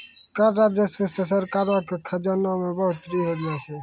कर राजस्व से सरकारो के खजाना मे बढ़ोतरी होय छै